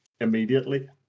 immediately